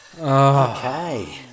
okay